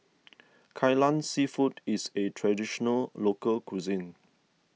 Kai Lan Seafood is a Traditional Local Cuisine